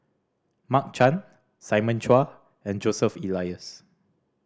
Mark Chan Simon Chua and Joseph Elias